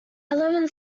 eleven